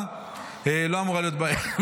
לכאורה, לא אמורה להיות בעיה.